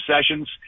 sessions